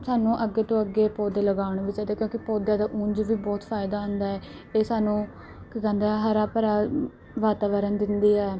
ਸਾਨੂੰ ਅੱਗੇ ਤੋਂ ਅੱਗੇ ਪੌਦੇ ਲਗਾਉਣ ਵੀ ਚਾਹੀਦੇ ਕਿਉਂਕਿ ਪੌਦਿਆਂ ਦਾ ਉਂਝ ਵੀ ਬਹੁਤ ਫਾਇਦਾ ਹੁੰਦਾ ਹੈ ਇਹ ਸਾਨੂੰ ਕੀ ਕਹਿੰਦੇ ਆ ਹਰਾ ਭਰਾ ਵਾਤਾਵਰਨ ਦਿੰਦੀ ਹੈ